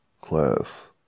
class